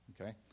okay